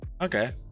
okay